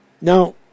Now